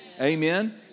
Amen